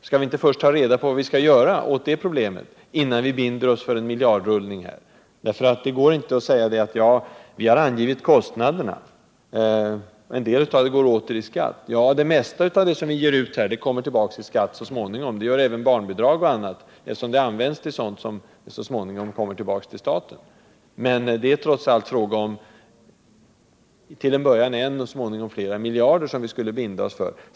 Skall vi inte först ta reda på vad vi skall göra åt det problemet innan vi binder oss för en miljardrullning? Det går inte att säga: Vi har angivit kostnaderna, och en del av dem går åter i skatt. Ja, det mesta av vad staten ger ut kommer tillbaka i skatt så småningom. Det gör även barnbidragen, eftersom de används till sådant som så småningom kommer tillbaka till staten. Men det är trots allt fråga om till en början en, och så småningom flera miljarder som vi skulle binda oss för.